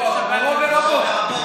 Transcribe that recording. הוא מורו ורבו.